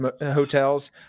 hotels